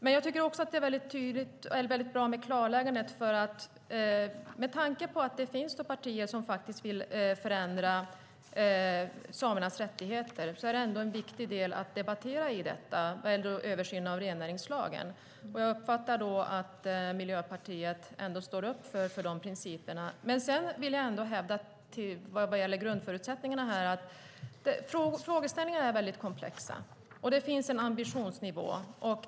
Det är också väldigt bra med klarläggandet. Med tanke på att det finns partier som vill förändra samernas rättigheter är en översyn av rennäringslagen en viktig del att debattera. Jag uppfattar då att Miljöpartiet står upp för de principerna. Vad gäller grundförutsättningarna är frågeställningarna väldigt komplexa, och det finns en ambitionsnivå.